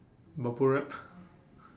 bubble wrap